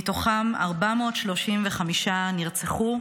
מהם 435 נרצחו,